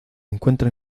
encuentra